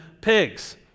pigs